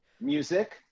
music